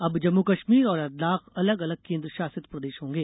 अब जम्मू कश्मीर और लद्दाख अलग अलग केंद्र शासित प्रदेश होंगे